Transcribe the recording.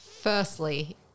Firstly